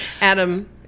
adam